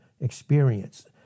experience